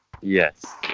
Yes